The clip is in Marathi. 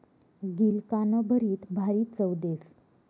गिलकानं भरीत भारी चव देस